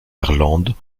irlande